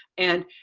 and,